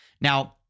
Now